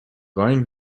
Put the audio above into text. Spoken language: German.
rein